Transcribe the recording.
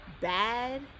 bad